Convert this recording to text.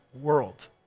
world